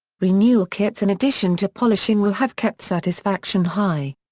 renewal kits in addition to polishing will have kept satisfaction high.